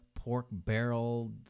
pork-barrel